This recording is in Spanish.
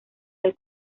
del